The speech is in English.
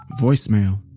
voicemail